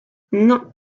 non